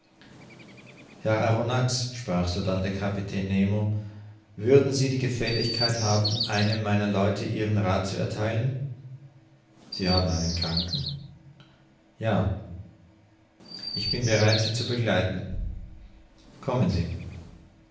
herr arronax sprach sodann der kapitän nemo würden sie die gefälligkeit haben einem meiner leute ihren rath zu ertheilen sie haben einen kranken ja ich bin bereit sie zu begleiten kommen sie